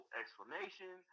explanation